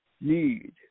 need